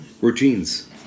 routines